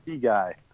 Guy